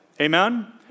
Amen